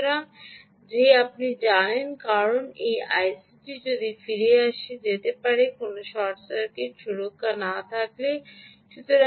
সুতরাং যে আপনি জানেন কারণ এই আই সিটি কোনও শর্ট সার্কিট সুরক্ষা না থাকলে ফিরে যেতে পারে